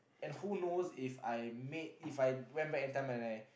and who knows If I make If I went back and tell my lie